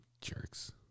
jerks